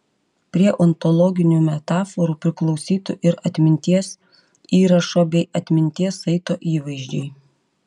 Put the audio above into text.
prie ontologinių metaforų priklausytų ir atminties įrašo bei atminties saito įvaizdžiai